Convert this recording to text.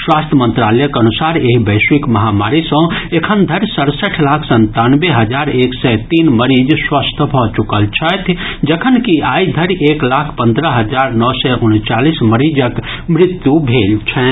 स्वास्थ्य मंत्रालयक अनुसार एहि वैश्विक महामारी सँ एखन धरि सड़सठि लाख संतानवे हजार एक सय तीन मरीज स्वस्थ भऽ चुकल छथि जखनकि आइ धरि एक लाख पन्द्रह हजार नओ सय उनचालीस मरीजक मृत्यु भेल छनि